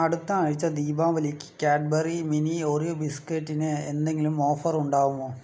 അടുത്ത ആഴ്ച ദീപാവലിക്ക് കാഡ്ബറി മിനി ഓറിയോ ബിസ്കറ്റിന് എന്തെങ്കിലും ഓഫർ ഉണ്ടാകുമോ